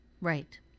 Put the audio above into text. right